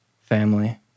family